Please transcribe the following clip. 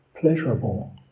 pleasurable